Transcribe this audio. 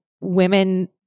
women